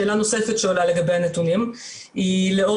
שאלה נוספת שעולה לגבי הנתונים היא לאור